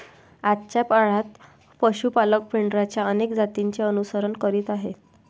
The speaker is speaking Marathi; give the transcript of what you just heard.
आजच्या काळात पशु पालक मेंढरांच्या अनेक जातींचे अनुसरण करीत आहेत